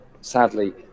sadly